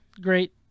Great